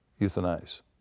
euthanize